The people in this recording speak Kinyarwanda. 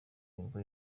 nibwo